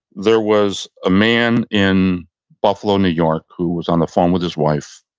there was a man in buffalo, new york who was on the phone with his wife.